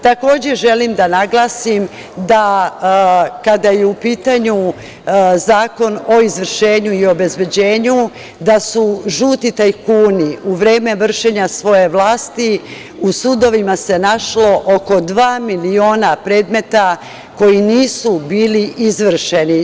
Takođe, želim da naglasim da kada je u pitanju Zakon o izvršenju i obezbeđenju, da su žuti tajkuni u vreme vršenja svoje vlasti, u sudovima se našlo oko dva miliona predmeta koji nisu bili izvršeni.